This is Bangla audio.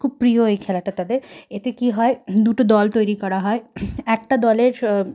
খুব প্রিয় এই খেলাটা তাদের এতে কী হয় দুটো দল তৈরি করা হয় একটা দলের